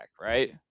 right